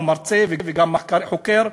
הוא מרצה וגם חוקר,